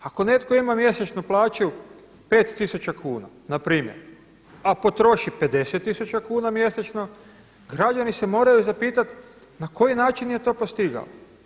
Ako netko ima mjesečnu plaću 5 tisuća kuna npr. a potroši 50 tisuća kuna mjesečno građani se moraju zapitati na koji način je to postigao.